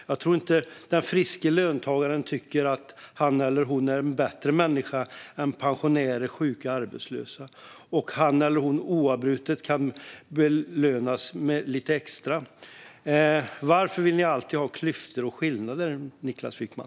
Jag tror inte att den friska löntagaren tycker att han eller hon är en bättre människa än pensionärer, sjuka och arbetslösa och oavbrutet kan belönas med lite extra. Varför vill ni alltid ha klyftor och skillnader, Niklas Wykman?